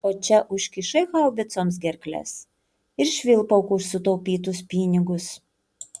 o čia užkišai haubicoms gerkles ir švilpauk už sutaupytus pinigus